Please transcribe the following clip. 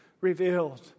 revealed